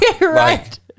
right